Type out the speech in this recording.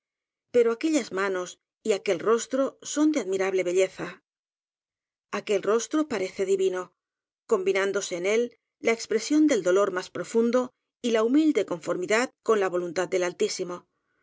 pero aquellas manos y aquel rostro son de admi rable belleza aquel rostro parece divino combi nándose en él la expresión del dolor más profundo y la humilde conformidad con la voluntad del